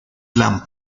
plan